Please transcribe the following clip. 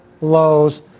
lows